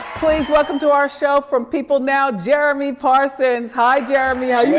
please welcome to our show from people now, jeremy parsons. hi, jeremy, how you